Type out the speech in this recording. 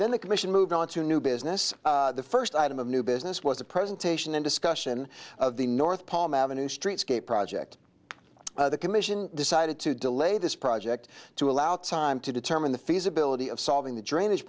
then the commission moved on to new business the first item of new business was a presentation in discussion of the north palm avenue streetscape project the commission decided to delay this project to allow time to determine the feasibility of solving the drainage